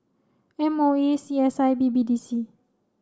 M O E C S I and B B D C